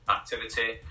activity